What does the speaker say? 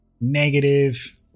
negative